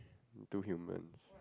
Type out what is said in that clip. two humans